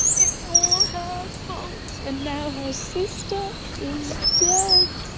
it's all her fault and now her sister is dead.